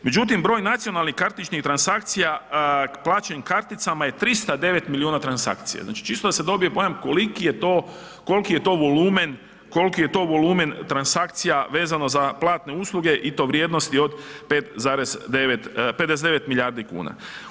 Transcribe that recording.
Međutim, broj nacionalnih kartičnih transakcija plaćen karticama je 309 milijuna transakcija, znači čisto da se dobije pojam koliki je to, kolki je to volumen, kolki je to volumen transakcija vezano za platne usluge i to vrijednosti od 59 milijardi kuna.